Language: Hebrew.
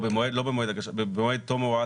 לא במועד הגשה אלא שלמעשה במועד תום הוראת